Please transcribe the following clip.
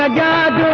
ah god